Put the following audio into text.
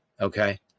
okay